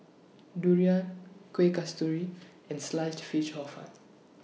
Durian Kuih Kasturi and Sliced Fish Hor Fun